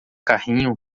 carrinho